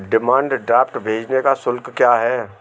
Demand draft भेजने का शुल्क क्या है?